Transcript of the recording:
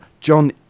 John